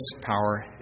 power